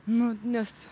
nu nes